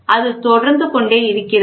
அது தொடர்ந்து கொண்டே இருக்கிறது